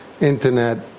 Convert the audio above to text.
Internet